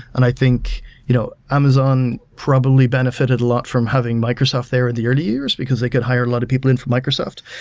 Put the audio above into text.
and i think you know amazon probably benefited a lot from having microsoft there in the early years because they could hire a lot of people in for microsoft.